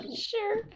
Sure